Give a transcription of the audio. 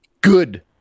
good